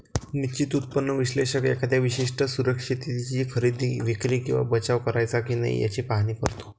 निश्चित उत्पन्न विश्लेषक एखाद्या विशिष्ट सुरक्षिततेची खरेदी, विक्री किंवा बचाव करायचा की नाही याचे पाहणी करतो